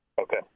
Okay